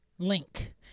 link